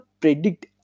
predict